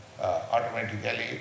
automatically